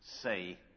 say